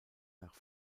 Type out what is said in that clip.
nach